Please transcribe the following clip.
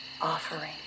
offering